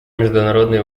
международный